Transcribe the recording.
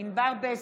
ענבר בזק,